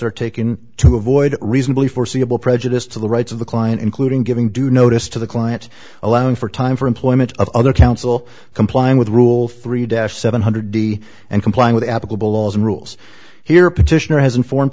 are taken to avoid reasonably foreseeable prejudice to the rights of the client including giving due notice to the client allowing for time for employment of other counsel complying with rule three deaf seven hundred d and complying with applicable laws and rules here petitioner has infor